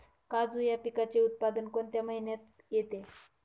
काजू या पिकाचे उत्पादन कोणत्या महिन्यात येते?